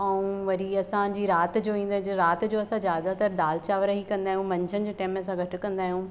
ऐं वरी असांजी राति जो ईंदा जो राति जो असां ज्यादातर दालि चांवर ई कंदा आहियूं मंझदि जे टाइम असां घटि कंदा आहियूं